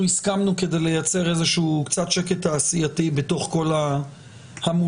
הסכמנו כדי לייצר קצת שקט תעשייתי בתוך כל ההמולה,